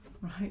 right